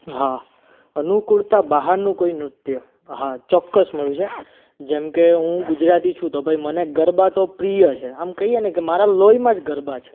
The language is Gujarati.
હા અનુકૂળતા બહારનું કોઈ નૃત્ય હા ચોક્કસ મળ્યું છે જેમકે હું ગુજરાતી છું તો ભાઈ મને ગરબા તો પ્રિય છે આમ કહીએ ને મારા લોહીમાં જ ગરબા છે